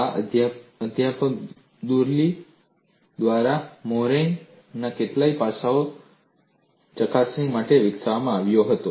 આ અધ્યાપક દુરેલી દ્વારા મોઇરેનાmoiré કેટલાક પાસાઓની ચકાસણી માટે વિકસાવવામાં આવ્યો હતો